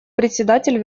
председатель